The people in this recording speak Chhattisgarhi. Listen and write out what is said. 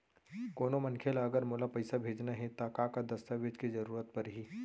कोनो मनखे ला अगर मोला पइसा भेजना हे ता का का दस्तावेज के जरूरत परही??